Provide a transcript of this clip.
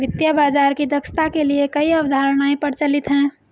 वित्तीय बाजार की दक्षता के लिए कई अवधारणाएं प्रचलित है